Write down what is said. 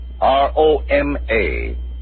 R-O-M-A